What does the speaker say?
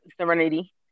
serenity